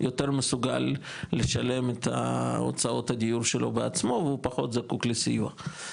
יותר מסוגל לשלם את ההוצאות הדיור שלו בעצמו והוא פחות זקוק לסיוע.